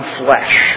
flesh